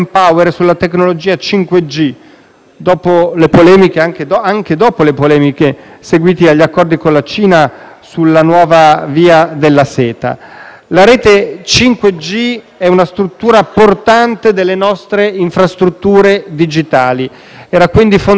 anche dopo le polemiche seguite agli accordi con la Cina sulla nuova Via della Seta. La rete 5G è una struttura portante delle nostre infrastrutture digitali ed era quindi fondamentale e importante intervenire